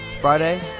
Friday